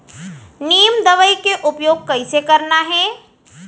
नीम दवई के उपयोग कइसे करना है?